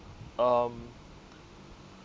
um